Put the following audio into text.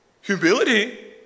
Humility